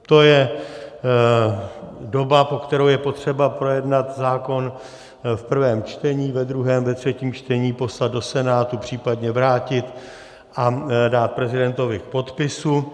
To je doba, po kterou je potřeba projednat zákon v prvém čtení, ve druhém, ve třetím čtení, poslat do Senátu, případně vrátit a dát prezidentovi k podpisu.